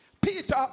Peter